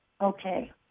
Okay